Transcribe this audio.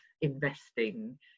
investing